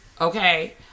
Okay